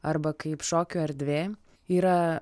arba kaip šokio erdvė yra